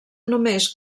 només